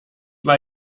mal